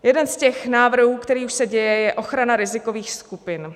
Jeden z těch návrhů, který už se děje, je ochrana rizikových skupin.